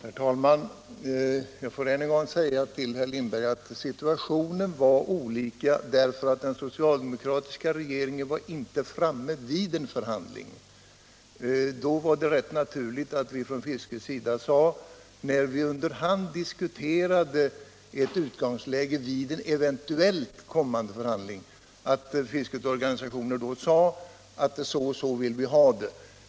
Herr talman! Jag måste än en gång säga till herr Lindberg att situationen var olika, därför att den socialdemokratiska regeringen inte var framme vid en förhandling. När det under hand diskuterades ett utgångsläge vid en eventuellt kommande förhandling, var det rätt naturligt att fiskets organisationer sade att så och så vill vi ha det.